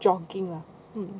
jogging lah mm